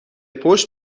پشت